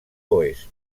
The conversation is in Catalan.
oest